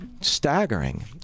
staggering